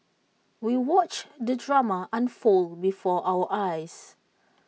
we watched the drama unfold before our eyes